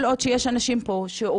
כל עוד יש אנשים פה שעובדים,